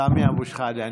סמי אבו שחאדה.